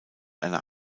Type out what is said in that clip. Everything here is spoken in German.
einer